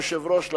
אדוני היושב-ראש,